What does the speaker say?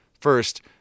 First